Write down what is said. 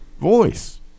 voice